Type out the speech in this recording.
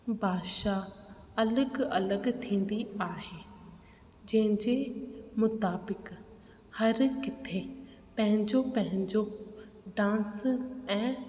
भाषा अलॻि अलॻि थींदी आहे जंहिंजे मुताबिक हर किथे पंहिंजो पंहिंजो डांस ऐं